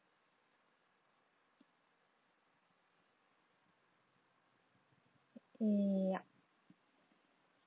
mm yup